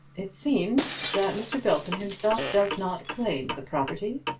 it seems that mr. belton himself does not claim the property.